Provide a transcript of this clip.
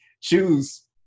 choose